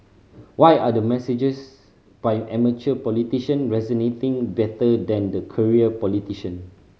why are the messages by amateur politician resonating better than the career politician